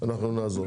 אנחנו נעזור.